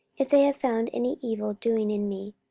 if they have found any evil doing in me,